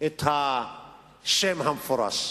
את השם המפורש.